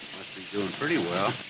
be doing pretty well.